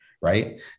right